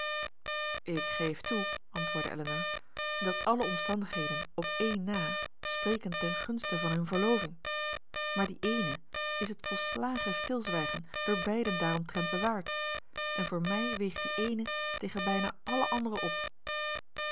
ik geef toe antwoordde elinor dat alle omstandigheden op één na spreken ten gunste van hun verloving maar die ééne is het volslagen stilzwijgen door beiden daaromtrent bewaard en voor mij weegt die eene tegen bijna alle andere op